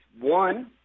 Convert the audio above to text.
One